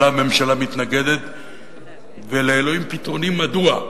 שלה הממשלה מתנגדת ולאלוהים פתרונים מדוע.